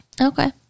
Okay